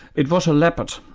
it was a leopard,